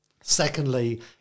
Secondly